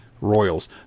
royals